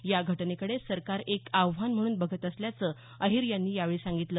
या घटनेकडे सरकार एक आव्हान म्हणून बघत असल्याचं अहीर यांनी यावेळी सांगितलं